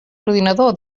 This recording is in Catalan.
ordinador